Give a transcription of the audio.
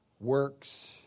works